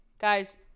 guys